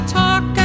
talk